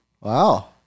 Wow